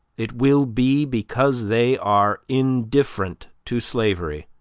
it will be because they are indifferent to slavery,